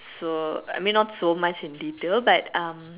so I mean not so much in detail but um